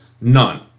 none